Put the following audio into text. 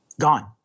gone